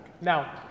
Now